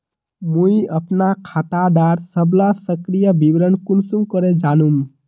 मुई अपना खाता डार सबला सक्रिय विवरण कुंसम करे जानुम?